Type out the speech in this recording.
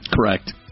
Correct